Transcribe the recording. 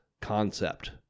concept